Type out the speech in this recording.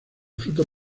frutos